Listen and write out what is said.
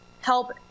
help